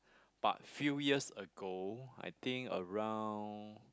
but few years ago I think around